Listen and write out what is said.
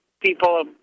people